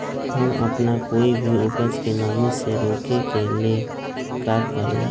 हम अपना कोई भी उपज के नमी से रोके के ले का करी?